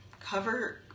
Cover